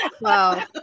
Wow